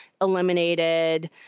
eliminated